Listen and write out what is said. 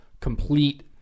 complete